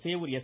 Sevur S